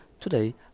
today